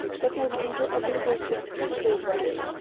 that i'm under obligations to nobody.